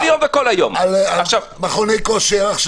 מכוני כושר?